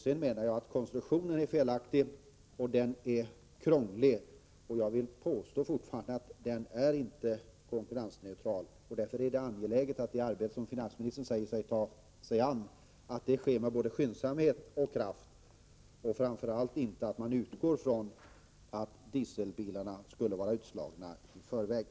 Jag menar att kilometerskatten för dieselfordon är felaktigt konstruerad och krånglig och att — det påstår jag fortfarande — den inte är konkurrensneutral. Därför är det angeläget att det arbete som finansministern säger sig ta sig an sker med både skyndsamhet och kraft och, framför allt, att man inte utgår från att dieselbilarna skulle vara utslagna på förhand.